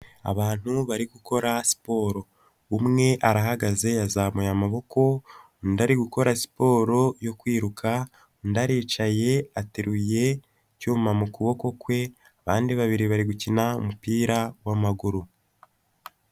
Abantu bari gukora siporo umwe arahagaze yazamuye amaboko, undi gukora siporo yo kwiruka, undi aricaye ateruye icyuma mu kuboko kwe abandi babiri bari gukina umupira w'amaguru.